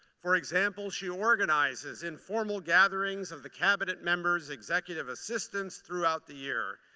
for example, she organizes informal gatherings of the cabinet members, executive assistants throughout the year.